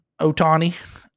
otani